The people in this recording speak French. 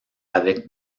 avec